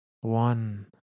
one